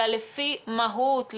אלא לפי מהות,